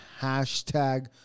Hashtag